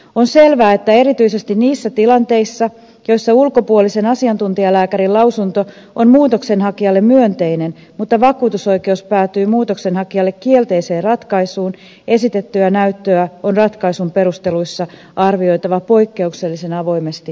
on selvää että erityisesti niissä tilanteissa joissa ulkopuolisen asiantuntijalääkärin lausunto on muutoksenhakijalle myönteinen mutta vakuutusoikeus päätyy muutoksenhakijalle kielteiseen ratkaisuun esitettyä näyttöä on ratkaisun perusteluissa arvioitava poikkeuksellisen avoimesti ja tarkasti